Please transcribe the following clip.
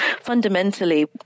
Fundamentally